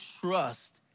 trust